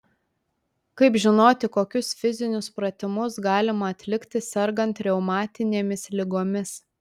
kaip žinoti kokius fizinius pratimus galima atlikti sergant reumatinėmis ligomis